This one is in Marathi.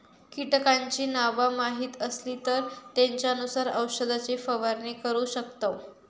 कीटकांची नावा माहीत असली तर त्येंच्यानुसार औषधाची फवारणी करू शकतव